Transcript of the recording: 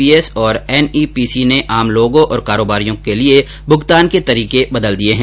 म्है और छण्म्ण्ण्ण ने आम लोगों और कारोबारियों के लिए भुगतान के तरीके बदल दिये हैं